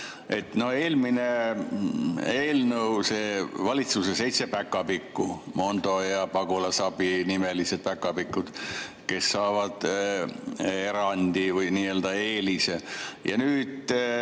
valitsuse seitse päkapikku, Mondo- ja Pagulasabi-nimelised päkapikud, kes saavad erandi või nii-öelda eelise. Nüüd